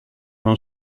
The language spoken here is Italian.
non